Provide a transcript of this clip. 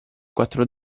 quattro